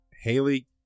Haley